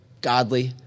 godly